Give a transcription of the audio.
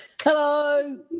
Hello